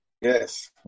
Yes